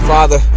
Father